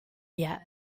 yet